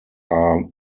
are